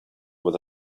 with